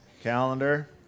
calendar